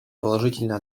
положительно